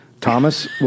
Thomas